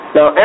Now